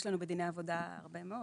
יש לנו בדיני עבודה הרבה מאוד.